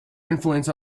influence